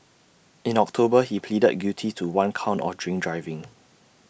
in October he pleaded guilty to one count of drink driving